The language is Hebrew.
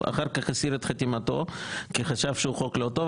אחר כך הסיר את חתימתו כי חשב שהוא חוק לא טוב,